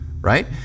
right